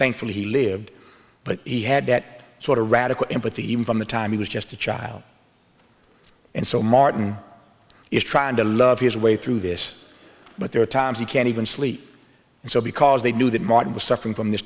thankfully he lived but he had that sort of radical empathy even from the time he was just a child and so martin is trying to love his way through this but there are times he can't even sleep and so because they knew that martin was suffering from this